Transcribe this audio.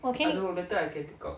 okay